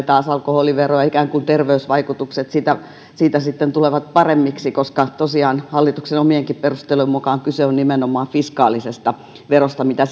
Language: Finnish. taas alkoholiveroa ja ikään kuin terveysvaikutukset siitä sitten tulevat paremmiksi koska tosiaan hallituksen omienkin perustelujen mukaan kyse on nimenomaan fiskaalisesta verosta mitä